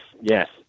yes